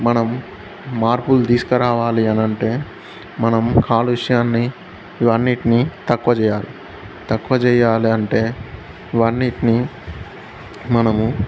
మనం మార్పులు తీసుకురావాలి అనంటే మనం కాలుష్యాన్ని ఇవన్నిటిని తక్కువ చేయాలి తక్కువ చేయాలి అంటే ఇవన్నిటిని మనము